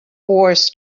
wars